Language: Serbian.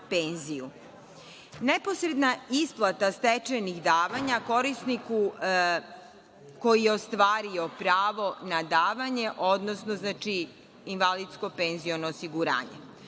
penziju. Neposredna isplata stečajnih davanja korisniku koji je ostario pravo na davanje, odnosno invalidsko-penzijsko osiguranje.U